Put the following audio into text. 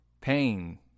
pain